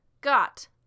got